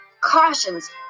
Cautions